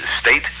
State